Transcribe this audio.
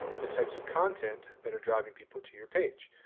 the types of content that are driving people to your page.